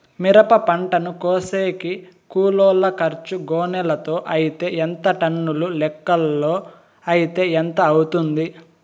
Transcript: మిరప పంటను కోసేకి కూలోల్ల ఖర్చు గోనెలతో అయితే ఎంత టన్నుల లెక్కలో అయితే ఎంత అవుతుంది?